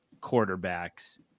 quarterbacks